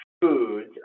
foods